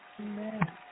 Amen